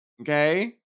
Okay